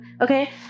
Okay